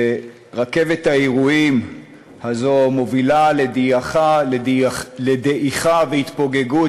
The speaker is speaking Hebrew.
ורכבת האירועים הזאת מובילה לדעיכה והתפוגגות